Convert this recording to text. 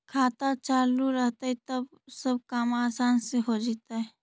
खाता चालु रहतैय तब सब काम आसान से हो जैतैय?